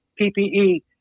PPE